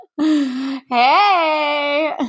Hey